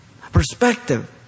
Perspective